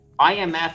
IMF